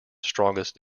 strongest